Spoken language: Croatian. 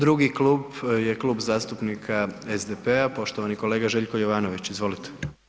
Drugi klub je Klub zastupnika SDP-a, poštovani kolega Željko Jovanović, izvolite.